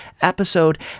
episode